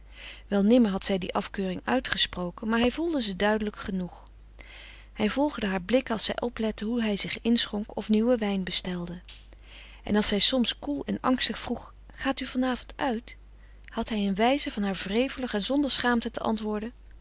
wel nimmer had zij die afkeuring uitgesproken maar hij voelde ze duidelijk genoeg hij volgde haar blikken als zij oplette hoe hij zich inschonk of nieuwen wijn bestelde en als zij soms koel en angstig vroeg gaat u van avond uit had hij een wijze van haar wrevelig en zonder schaamte te antwoorden